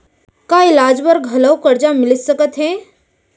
का इलाज बर घलव करजा मिलिस सकत हे?